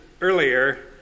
earlier